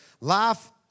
life